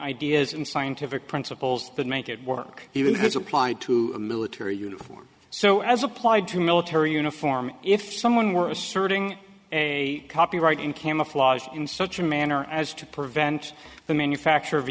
ideas and scientific principles that make it work even if it's applied to military uniform so as applied to military uniform if someone were asserting a copyright in camouflage in such a manner as to prevent the manufacture of